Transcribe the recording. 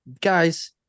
guys